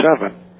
seven